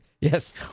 Yes